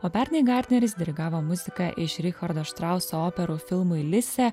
o pernai gardneris dirigavo muziką iš richardo štrauso operų filmui lise